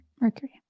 Mercury